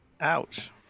Ouch